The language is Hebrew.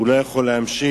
הוא לא יכול להמשיך,